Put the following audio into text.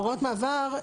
הוראות מעבר,